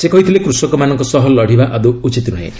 ସେ କହିଥିଲେ କୃଷକମାନଙ୍କ ସହ ଲଢ଼ିବା ଆଦୌ ଉଚିତ ନୁହେଁ